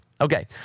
Okay